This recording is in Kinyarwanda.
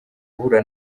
guhura